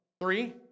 Three